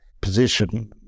position